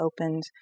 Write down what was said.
opened